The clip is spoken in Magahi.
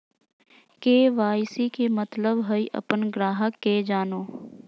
के.वाई.सी के मतलब हइ अपन ग्राहक के जानो